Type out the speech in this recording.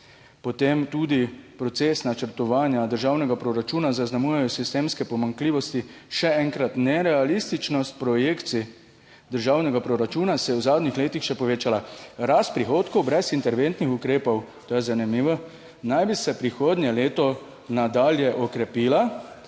Potem tudi proces načrtovanja državnega proračuna zaznamujejo sistemske pomanjkljivosti, še enkrat, nerealističnost projekcij državnega proračuna se je v zadnjih letih še povečala. Rast prihodkov brez interventnih ukrepov, to je zanimivo, naj bi se prihodnje leto nadalje okrepila,